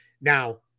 now